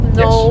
no